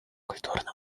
культурного